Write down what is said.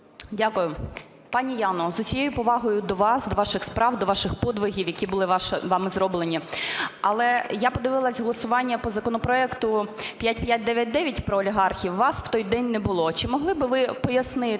Дякую. Пані Яно, з усією повагою до вас, до ваших справ, до ваших подвигів, які були вами зроблені. Але я подивилася голосування по законопроекту 5599 про олігархів, вас в той день не було. Чи могли би ви пояснити